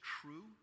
true